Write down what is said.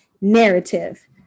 narrative